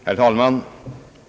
Herr talman!